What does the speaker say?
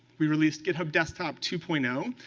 we released github desktop two point um